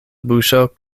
buŝo